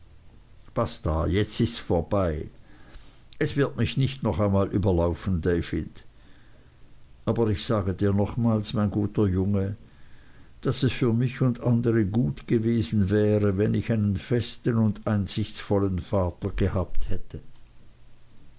basta jetzt ists vorbei es wird mich nicht noch einmal überlaufen david aber ich sage dir nochmals mein guter junge daß es für mich und andere gut gewesen wäre wenn ich einen festen und einsichtsvollen vater gehabt hätte